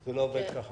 זה לא עובד ככה.